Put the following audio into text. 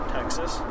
Texas